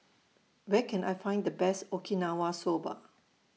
Where Can I Find The Best Okinawa Soba